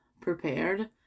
prepared